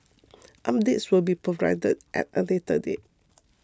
updates will be provided at a later date